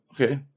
okay